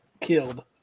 killed